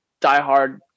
diehard